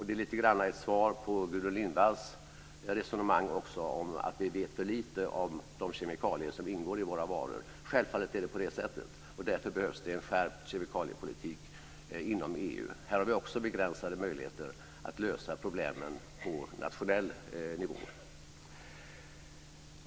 Det är lite grann också ett svar på Gudrun Lindvalls resonemang om att vi vet för lite om de kemikalier som ingår i våra varor. Självfallet är det på det sättet. Därför behövs det en skärpt kemikaliepolitik inom EU. I det här fallet har vi också begränsade möjligheter att lösa problemen på nationell nivå.